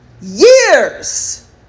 years